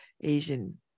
Asian